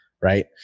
right